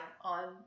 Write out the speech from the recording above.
on